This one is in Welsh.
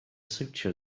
siwtio